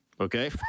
Okay